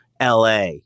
LA